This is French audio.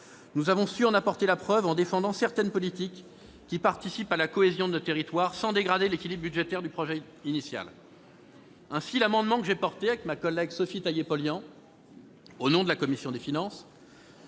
Nous avons su en apporter la preuve en défendant certaines politiques qui participent à la cohésion de nos territoires, sans dégrader l'équilibre budgétaire du projet de loi initial. Ainsi, l'amendement que j'ai défendu avec ma collègue Sophie Taillé-Polian au nom de la commission des finances,